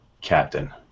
captain